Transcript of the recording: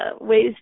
ways